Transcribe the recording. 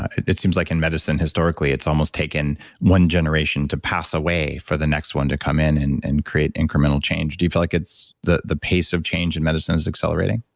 it seems like in medicine, historically, it's almost taken one generation to pass away for the next one to come in in and create incremental change. do you feel like the the pace of change in medicine is accelerating?